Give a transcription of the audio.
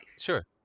Sure